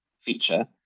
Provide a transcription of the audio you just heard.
feature